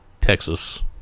Texas